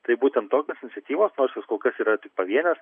tai būtent tokios iniciatyvos nors jos kol kas yra tik pavienės